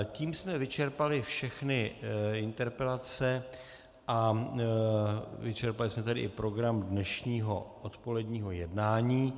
Tím jsme vyčerpali všechny interpelace a vyčerpali jsme tedy i program dnešního odpoledního jednání.